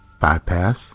bypass